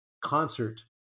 concert